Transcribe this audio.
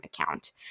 account